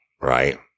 Right